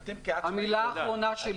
אתם כעצמאיים לא